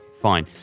Fine